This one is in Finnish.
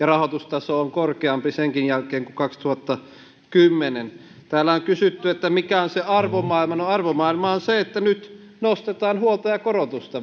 rahoitustaso on senkin jälkeen korkeampi kuin kaksituhattakymmenen täällä on kysytty mikä on se arvomaailma no arvomaailma on se että nyt nostetaan huoltajakorotusta